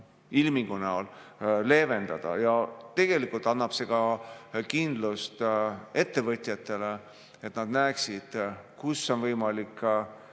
ilmingu näol leevendada. Tegelikult annab see ka kindlust ettevõtjatele, et nad näeksid, kus on võimalik ka